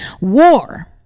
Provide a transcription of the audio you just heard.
War